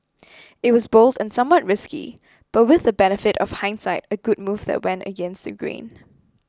it was bold and somewhat risky but with the benefit of hindsight a good move that went against the grain